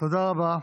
תודה רבה.